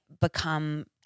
become